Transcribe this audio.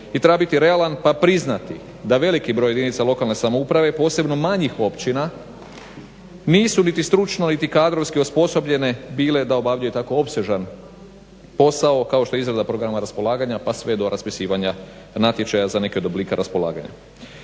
i treba biti realan pa priznati da veliki broj jedinica lokalne samouprave posebno manjih općina nisu niti stručno, niti kadrovski osposobljene bile da obavljaju tako opsežan posao kao što je izrada programa raspolaganja pa sve do raspisivanja natječaja za neke od oblika raspolaganja.